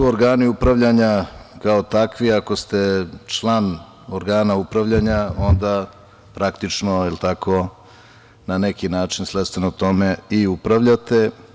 Organi upravljanja kao takvi ako ste član organa upravljanja onda praktično na neki način svojstveno tome i upravljate.